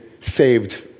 saved